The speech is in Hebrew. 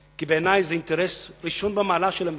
כי בעיני זה אינטרס ראשון במעלה של המדינה,